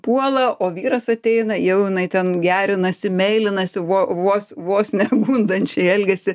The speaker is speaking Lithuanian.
puola o vyras ateina jau jinai ten gerinasi meilinasi vuo vos vos ne gundančiai elgiasi